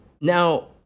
Now